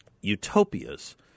utopias